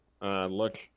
look